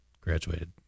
graduated